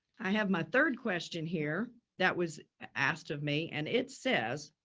i have my third question here that was asked of me and it says,